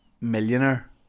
millionaire